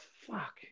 Fuck